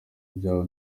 byabo